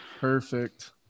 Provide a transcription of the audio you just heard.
perfect